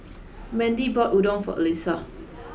Mandy bought Udon for Alissa